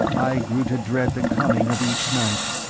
i grew to dread the coming of each night.